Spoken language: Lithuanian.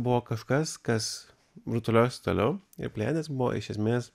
buvo kažkas kas rutuliojosi toliau ir plėtėsi buvo iš esmės